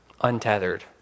untethered